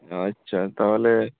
আচ্ছা তাহলে